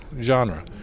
genre